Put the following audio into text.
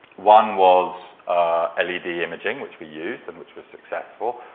one was ah led imaging which we used and which was successful.